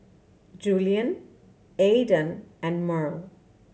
Julian Aedan and Murl